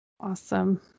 awesome